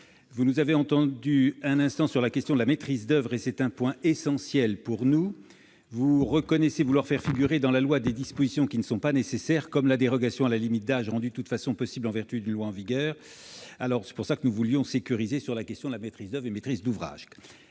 a un instant notre position sur la question de la maîtrise d'oeuvre, et il s'agit d'un point essentiel pour nous. Vous reconnaissez vouloir faire figurer dans la loi des dispositions qui ne sont pas nécessaires, comme la dérogation à la limite d'âge, rendue de toute façon possible en vertu d'une loi en vigueur. C'est pour cette raison que nous voulions sécuriser les choses sur la maîtrise d'oeuvre et la maîtrise d'ouvrage.